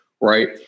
Right